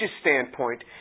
standpoint